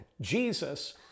Jesus